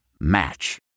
Match